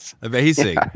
Amazing